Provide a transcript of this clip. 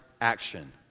action